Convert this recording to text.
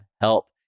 help